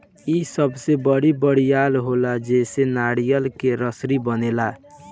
इ सबसे बड़ी बरियार होला जेसे नारियर के रसरी बनेला